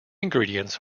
ingredients